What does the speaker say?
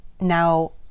now